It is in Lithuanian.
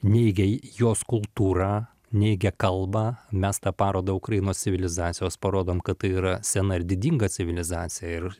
neigia į jos kultūrą neigia kalbą mes tą parodą ukrainos civilizacijos parodom kad tai yra sena ir didinga civilizacija ir